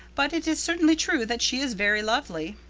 but it is certainly true that she is very lovely.